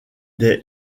des